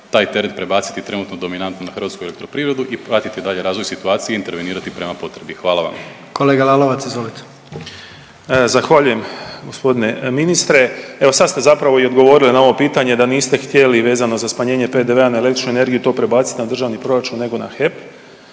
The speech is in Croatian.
taj teret prebaciti trenutno dominanto na hrvatsku elektroprivredu i pratiti dalje razvoj situacije i intervenirati prema potrebi. Hvala vam. **Jandroković, Gordan (HDZ)** Kolega Lalovac izvolite. **Lalovac, Boris (SDP)** Zahvaljujem. Gospodine ministre, evo sad ste zapravo i odgovorili na ovo pitanje da niste htjeli vezano za smanjenje PDV-a na električnu energiju to prebacit na državni proračun nego na HEP,